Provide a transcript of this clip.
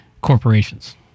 corporations